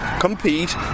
compete